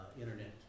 internet